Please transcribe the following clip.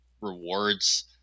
rewards